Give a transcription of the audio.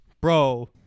bro